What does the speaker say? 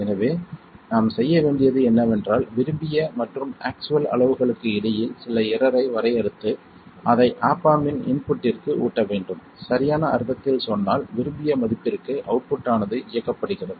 எனவே நாம் செய்ய வேண்டியது என்னவென்றால் விரும்பிய மற்றும் ஆக்சுவல் அளவுகளுக்கு இடையில் சில எரர் ஐ வரையறுத்து அதை ஆப் ஆம்ப் இன் இன்புட்டிற்கு ஊட்ட வேண்டும் சரியான அர்த்தத்தில் சொன்னால் விரும்பிய மதிப்பிற்கு அவுட்புட் ஆனது இயக்கப்படுகிறது